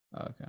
okay